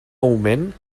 augment